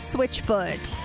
Switchfoot